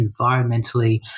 environmentally